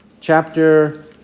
Chapter